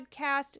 podcast